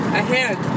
ahead